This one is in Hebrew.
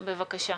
בבקשה.